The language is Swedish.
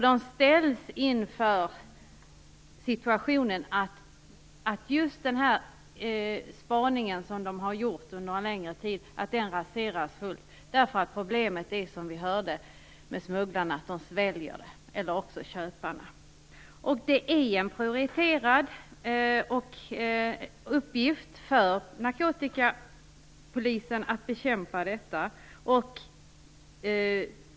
Resultatet av spaning som de har gjort under en längre tid kan raseras därför att, som vi hörde, langare eller köpare sväljer narkotikakapslarna. Det är en prioriterad uppgift för narkotikapolisen att bekämpa detta.